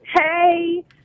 Hey